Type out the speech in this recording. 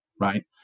Right